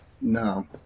No